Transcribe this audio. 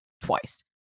twice